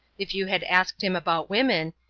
if you had asked him about women,